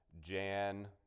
jan